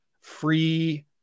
free